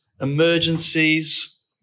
emergencies